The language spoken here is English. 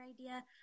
idea